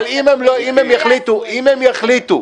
אבל אם הם יחליטו